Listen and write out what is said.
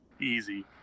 Easy